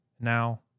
Now